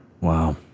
Wow